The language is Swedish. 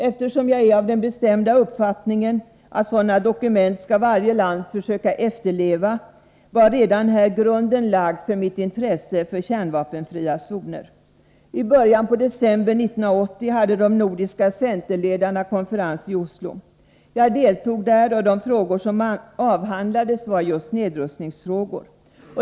Eftersom jag är av den uppfattningen att varje land skall försöka efterleva sådana dokument, blev redan då grunden lagd för mitt intresse för kärnvapenfria zoner. I början av december 1980 hade de nordiska centerledarna konferens i Oslo. Jag deltog där, och de frågor som avhandlades var just nedrustningsfrågor.